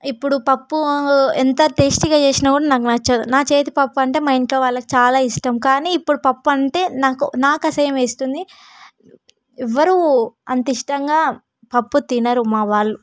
ఇప్పుడు పప్పు ఎంత టేస్టీగా చేసినా కూడా నాకు నచ్చదు నా చేతి పప్పు అంటే మా ఇంట్లో వాళ్ళకి చాలా ఇష్టం కానీ ఇప్పుడు పప్పు అంటే నాకు నాకు అసహ్యం వేస్తుంది ఎవరూ అంత ఇష్టంగా పప్పు తినరు మా వాళ్ళు